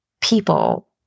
people